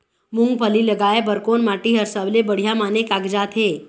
मूंगफली लगाय बर कोन माटी हर सबले बढ़िया माने कागजात हे?